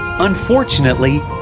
Unfortunately